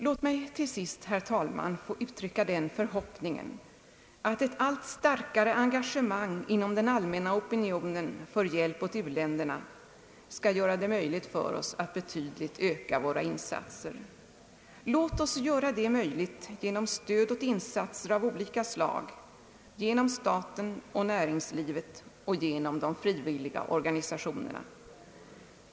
Låt mig till sist, herr talman, få uttrycka den förhoppningen, att ett allt starkare engagemang inom den allmänna opinionen för hjälp åt u-länderna skall göra det möjligt för oss att betydligt öka våra insatser. Låt oss göra det möjligt genom stöd åt insatser av olika slag, genom staten och näringslivet och genom de frivilliga organisationerna.